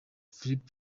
filipe